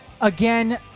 again